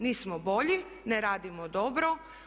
Nismo bolji, ne radimo dobro.